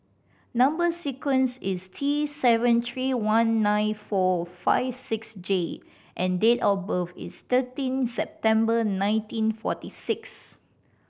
number sequence is T seven three one nine four five six J and date of birth is thirteen September nineteen forty six